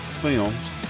Films